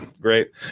Great